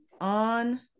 on